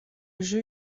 jeu